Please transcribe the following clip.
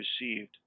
received